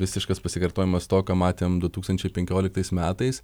visiškas pasikartojimas to ką matėm du tūkstančiai penkioliktais metais